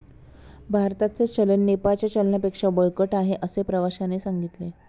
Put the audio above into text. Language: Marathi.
भारताचे चलन नेपाळच्या चलनापेक्षा बळकट आहे, असे प्रवाश्याने सांगितले